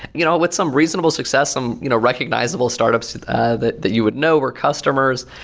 you know what's some reasonable success some you know recognizable startups ah that that you would know were customers?